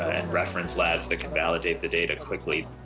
and reference labs that can validate the data quickly.